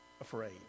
afraid